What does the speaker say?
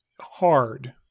hard